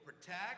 protect